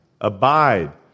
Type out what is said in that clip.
Abide